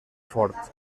fort